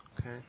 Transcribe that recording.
okay